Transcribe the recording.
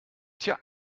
tja